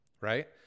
right